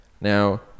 Now